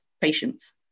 patients